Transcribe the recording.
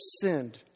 sinned